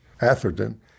Atherton